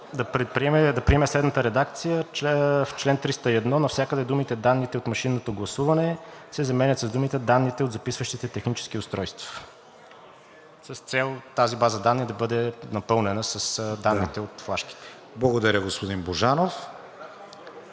се приеме следната редакция в чл. 310 навсякъде думите „данните от машинното гласуване“ се заменят с думите „данните от записващите технически устройства“. С цел тази база данни да бъде напълнена с данните от флашките. ПРЕДСЕДАТЕЛ КРИСТИАН